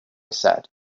said